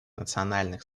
национальных